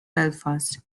belfast